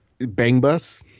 Bangbus